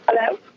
Hello